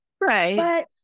Right